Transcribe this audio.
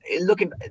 Looking